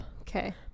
okay